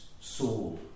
soul